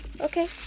okay